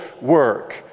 work